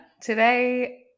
today